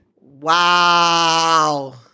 wow